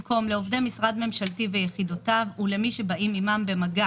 במקום לעובדי משרד ממשלתי ויחידותיו ולמי שבאים עימם במגע